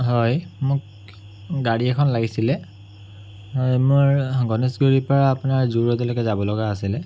হয় মোক গাড়ী এখন লাগিছিলে মোৰ গণেশগুৰিৰ পৰা আপোনাৰ জু ৰোডলৈকে যাবলগা আছিলে